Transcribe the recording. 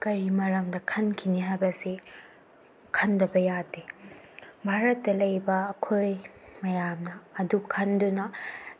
ꯀꯔꯤ ꯃꯔꯝꯗ ꯈꯟꯈꯤꯅꯤ ꯍꯥꯏꯕ ꯑꯁꯤ ꯈꯟꯗꯕ ꯌꯥꯗꯦ ꯚꯥꯔꯠꯇ ꯂꯩꯕ ꯑꯩꯈꯣꯏ ꯃꯌꯥꯝꯅ ꯑꯗꯨ ꯈꯟꯗꯨꯅ